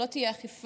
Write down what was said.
שלא תהיה עקיפה